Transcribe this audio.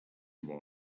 wore